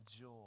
joy